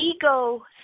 Ego